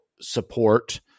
support